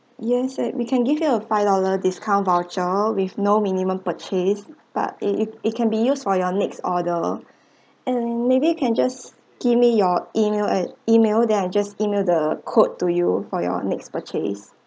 yes sir we can give you a five dollar discount voucher with no minimum purchase but it it can be used for your next order and maybe you can just give me your email ad~ email then I just email the code to you for your next purchase